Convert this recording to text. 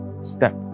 step